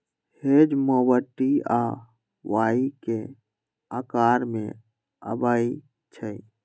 hedge mower T आ Y के अकार में अबई छई